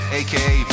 aka